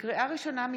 לקריאה ראשונה,